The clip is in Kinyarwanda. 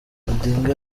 odinga